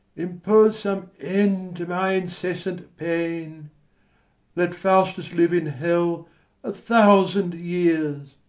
impose some end to my incessant pain let faustus live in hell a thousand years,